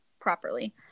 properly